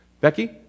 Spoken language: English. Becky